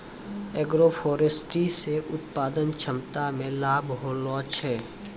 agroforestry से उत्पादन क्षमता मे लाभ होलो छै